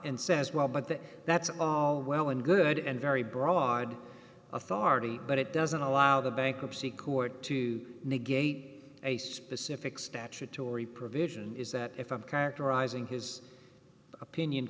and says well but that's all well and good and very broad authority but it doesn't allow the bankruptcy court to negate a specific statutory provision is that if i'm characterizing his opinion